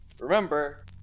Remember